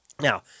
Now